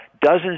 dozens